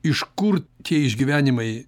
iš kur tie išgyvenimai